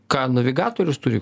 ką navigatorius turi